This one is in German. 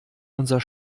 unser